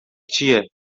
چیه